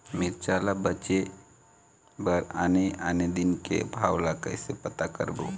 मिरचा ला बेचे बर आने आने दिन के भाव ला कइसे पता करबो?